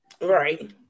right